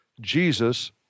Jesus